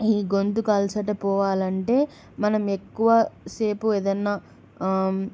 ఈ గొంతుకల్సట పోవాలంటే మనం ఎక్కువ సేపు ఏదైనా